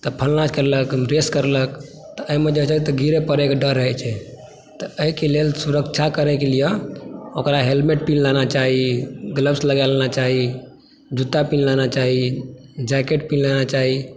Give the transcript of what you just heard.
तऽ फलना करलक तऽ रेस करलक एहिमे गिरऽ पड़ऽ के डर रहै छै एहिके लेल सुरक्षा करऽ के लिए ओकरा हेलमेट पिन्हाना चाही ग्लब्स लगा लेना चाही जूता पिल्हना चाही जैकेट पिल्हना चाही